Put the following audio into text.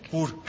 por